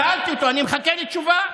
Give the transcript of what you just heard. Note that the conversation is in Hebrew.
שיהיה לו גם רוב מסודר בוועדה,